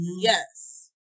yes